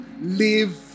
live